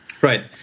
right